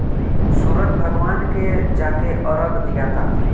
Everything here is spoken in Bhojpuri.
सूरज भगवान के जाके अरग दियाता